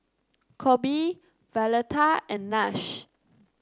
Coby Violeta and Nash